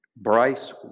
Bryce